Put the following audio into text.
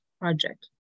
project